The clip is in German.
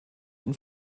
und